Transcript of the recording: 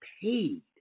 paid